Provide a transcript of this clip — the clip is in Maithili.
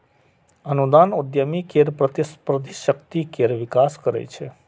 अनुदान उद्यमी केर प्रतिस्पर्धी शक्ति केर विकास करै छै